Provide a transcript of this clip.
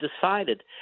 decided